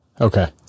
Okay